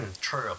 true